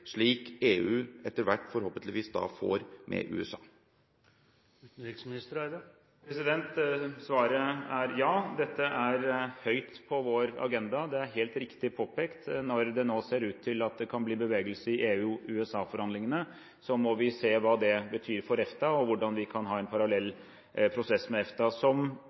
EU etter hvert, forhåpentligvis, får med USA? Svaret er ja, dette er høyt oppe på vår agenda. Det er helt riktig påpekt at når det nå ser ut til at det kan bli bevegelse i EU–USA-forhandlingene, må vi se hva det betyr for EFTA, og hvordan vi kan ha en parallell prosess med EFTA. Som